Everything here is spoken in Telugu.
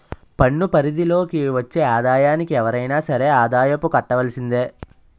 పన్ను పరిధి లోకి వచ్చే ఆదాయానికి ఎవరైనా సరే ఆదాయపు కట్టవలసిందే